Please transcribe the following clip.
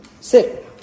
Sit